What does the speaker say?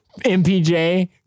MPJ